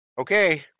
okay